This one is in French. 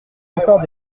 encore